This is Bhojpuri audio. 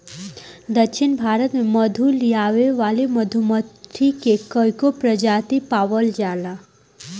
दक्षिण भारत में मधु लियावे वाली मधुमक्खी के कईगो प्रजाति पावल जाला